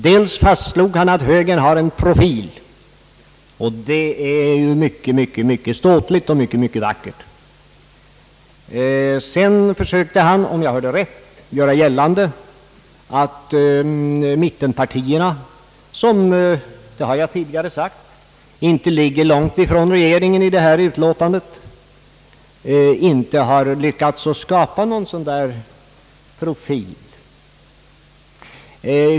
Dels fastslog han att högern har en profil — det är ju mycket ståtligt och vackert — och dels försökte han, om jag hörde rätt, göra gällande att mittenpartierna, vilka såsom jag tidigare har sagt inte ligger långt ifrån regeringen i detta utlåtande, inte har lyckats att skapa någon sådan profil.